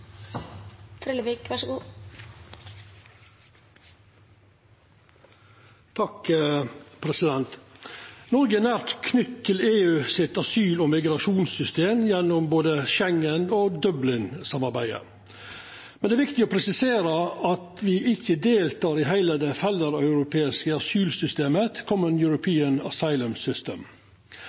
knytt til EUs asyl- og migrasjonssystem gjennom både Schengen- og Dublin-samarbeidet. Det er viktig å presisera at me ikkje deltek i heile det felleseuropeiske asylsystemet, Common European Asylum System,